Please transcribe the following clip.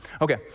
Okay